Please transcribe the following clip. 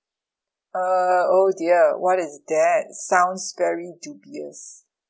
uh oh dear what is that sounds very dubious